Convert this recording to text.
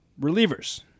relievers